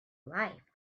life